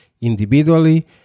individually